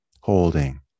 holding